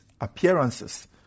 appearances